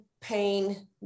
pain